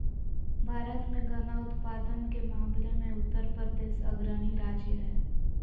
भारत मे गन्ना उत्पादन के मामले मे उत्तरप्रदेश अग्रणी राज्य हय